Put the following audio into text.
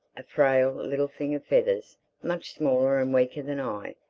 a frail little thing of feathers, much smaller and weaker than i,